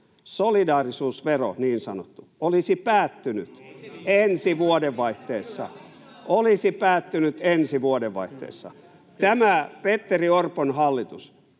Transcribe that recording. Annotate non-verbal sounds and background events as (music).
— (noise) olisi päättynyt ensi vuodenvaihteessa. Tämä Petteri Orpon hallitus